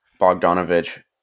Bogdanovich